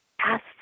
ask